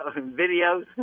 videos